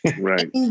Right